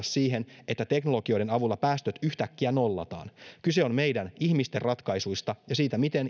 siihen että teknologioiden avulla päästöt yhtäkkiä nollataan kyse on meidän ihmisten ratkaisuista ja siitä miten